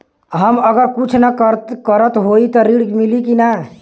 हम अगर कुछ न करत हई त ऋण मिली कि ना?